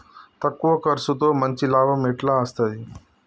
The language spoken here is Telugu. తక్కువ కర్సుతో మంచి లాభం ఎట్ల అస్తది?